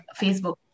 Facebook